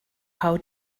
how